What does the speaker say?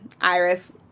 Iris